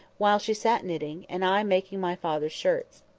while she sat knitting, and i making my father's shirts.